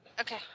Okay